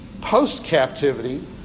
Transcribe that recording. post-captivity